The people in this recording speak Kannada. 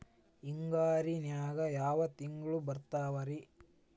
ಹಿಂಗಾರಿನ್ಯಾಗ ಯಾವ ತಿಂಗ್ಳು ಬರ್ತಾವ ರಿ?